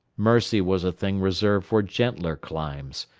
mercy was a thing reserved for gentler climes.